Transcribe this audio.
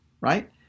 right